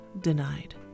denied